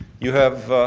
you have